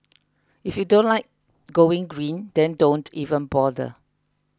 if you don't like going green then don't even bother